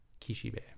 Kishibe